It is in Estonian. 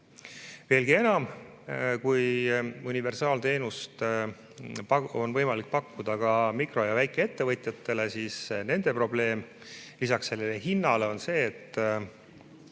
Veelgi enam, kui universaalteenust on võimalik pakkuda ka mikro- ja väikeettevõtjatele, siis nende probleem lisaks sellele hinnale on see, et